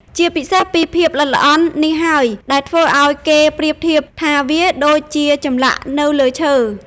ជាពិសេសពីភាពល្អិតល្អន់នេះហើយដែលធ្វើឱ្យគេប្រៀបធៀបថាវាដូចជាចម្លាក់នៅលើឈើ។